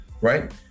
right